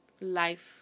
life